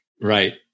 Right